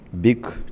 big